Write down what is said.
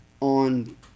on